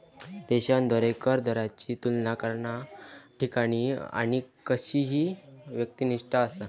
देशांद्वारा कर दरांची तुलना करणा कठीण आणि काहीसा व्यक्तिनिष्ठ असा